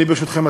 ברשותכם,